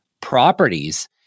properties